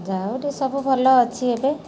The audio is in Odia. ଯା ହଉ ଟିକେ ସବୁ ଭଲ ଅଛି ଏବେ